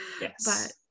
yes